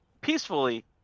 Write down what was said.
peacefully